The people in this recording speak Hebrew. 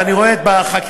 ואני רואה את החקיקה,